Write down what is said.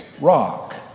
Rock